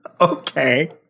Okay